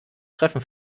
treffen